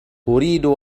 أريد